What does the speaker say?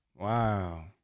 Wow